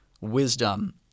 wisdom